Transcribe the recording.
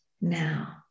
now